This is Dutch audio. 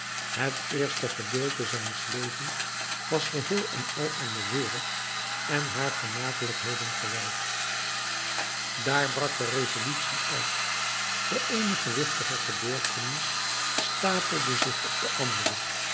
het eerste gedeelte zijns levens was geheel en al aan de wereld en haar vermakelijkheden gewijd daar brak de revolutie uit de eene gewichtige gebeurtenis stapelde zich op de andere